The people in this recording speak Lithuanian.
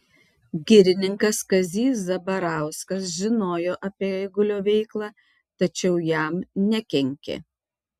girininkas kazys zabarauskas žinojo apie eigulio veiklą tačiau jam nekenkė